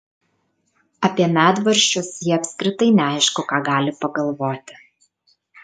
apie medvaržčius ji apskritai neaišku ką gali pagalvoti